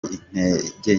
intege